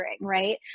right